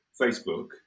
Facebook